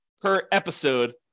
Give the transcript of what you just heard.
per-episode